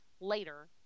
later